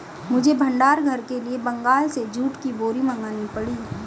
मुझे भंडार घर के लिए बंगाल से जूट की बोरी मंगानी पड़ी